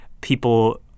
people